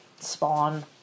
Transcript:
Spawn